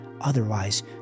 otherwise